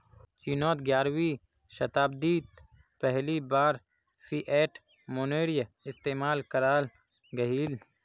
चिनोत ग्यारहवीं शाताब्दित पहली बार फ़िएट मोनेय्र इस्तेमाल कराल गहिल